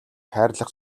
хайрлах